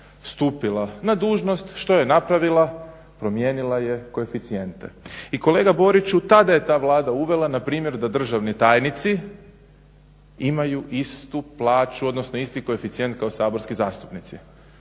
stupila na dužnost što je napravila, promijenila je koeficijente. I kolega Boriću tada je ta Vlada uvela na primjer da državni tajnici imaju istu plaću, odnosno isti koeficijent kao saborski zastupnici.